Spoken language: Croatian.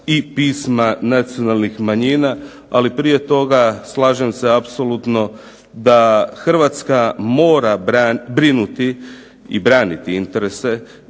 i pisma nacionalnih manjina. Ali prije toga, slažem se apsolutno, da Hrvatska mora brinuti i braniti interese